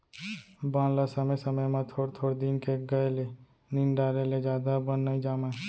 बन ल समे समे म थोर थोर दिन के गए ले निंद डारे ले जादा बन नइ जामय